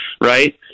Right